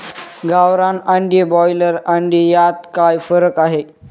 गावरान अंडी व ब्रॉयलर अंडी यात काय फरक आहे?